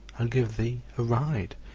i'll give thee a ride.